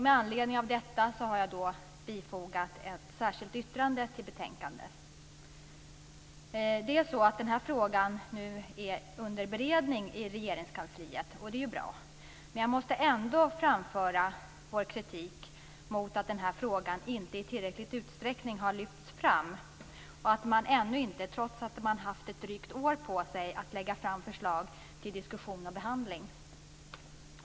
Med anledning av detta har jag bifogat ett särskilt yttrande till betänkandet. Den här frågan är nu under beredning i Regeringskansliet, och det är ju bra. Men jag måste ändå framföra vår kritik mot att den här frågan inte i tillräcklig utsträckning har lyfts fram. Man har ännu inte, trots att man haft ett drygt år på sig, kunnat lägga fram förslag till diskussion och behandling.